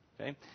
Okay